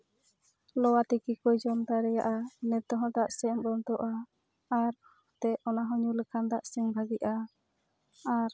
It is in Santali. ᱞᱚᱣᱟ ᱛᱤᱠᱤ ᱠᱚ ᱡᱚᱢ ᱫᱟᱲᱮᱭᱟᱜᱼᱟ ᱤᱱᱟᱹ ᱛᱮᱦᱚᱸ ᱫᱟᱜ ᱥᱮᱱ ᱵᱚᱱᱫᱚᱜᱼᱟ ᱟᱨ ᱱᱚᱛᱮ ᱚᱱᱟ ᱦᱚᱸ ᱧᱩ ᱞᱮᱠᱷᱟᱱ ᱫᱟᱜ ᱥᱮᱱ ᱵᱷᱟᱜᱮᱜᱼᱟ ᱟᱨ